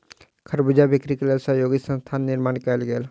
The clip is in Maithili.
खरबूजा बिक्री के लेल सहयोगी संस्थानक निर्माण कयल गेल